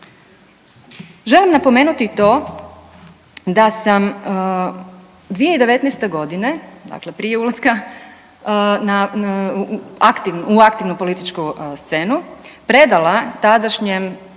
Želim napomenuti i to da sam 2019. godine, dakle prije ulaska na, u aktivnu političku scenu predala tadašnjem